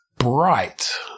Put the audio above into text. Bright